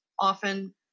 often